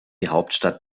hauptstadt